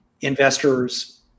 investors